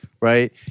Right